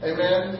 Amen